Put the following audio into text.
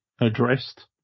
addressed